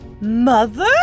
mother